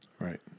Right